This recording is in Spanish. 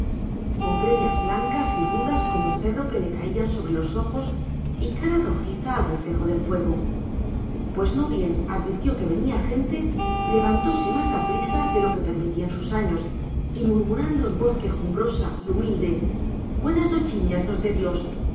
instante con greñas blancas y rudas como cerro que le caían sobre los ojos y cara rojiza al reflejo del fuego pues no bien advirtió que venía gente levantóse más aprisa de lo que permitían sus años y murmurando en voz quejumbrosa y humilde buenas nochiñas nos dé dios